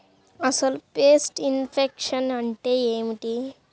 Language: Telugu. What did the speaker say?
అసలు పెస్ట్ ఇన్ఫెక్షన్ అంటే ఏమిటి?